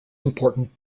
important